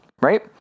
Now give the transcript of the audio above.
right